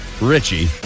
Richie